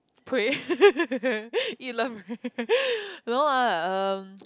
pray eat love pray no lah um